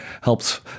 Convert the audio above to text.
helps